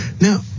Now